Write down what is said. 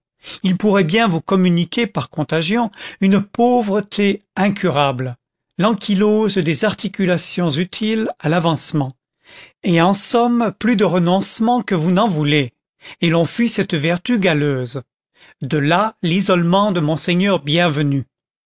il pourrait bien vous communiquer par contagion une pauvreté incurable l'ankylose des articulations utiles à l'avancement et en somme plus de renoncement que vous n'en voulez et l'on fuit cette vertu galeuse de là l'isolement de monseigneur bienvenu